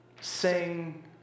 Sing